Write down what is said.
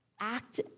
act